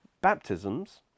baptisms